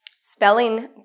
Spelling